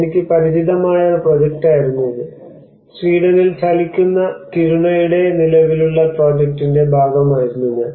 എനിക്ക് പരിചിതമായ ഒരു പ്രോജക്റ്റായിരുന്നു ഇത് സ്വീഡനിൽ ചലിക്കുന്ന കിരുണയുടെ നിലവിലുള്ള പ്രോജക്ടിന്റെ ഭാഗമായിരുന്നു ഞാൻ